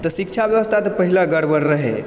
तऽ शिक्षा व्यवस्था तऽ पहिले गड़बड़ रहै